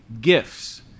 gifts